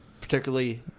particularly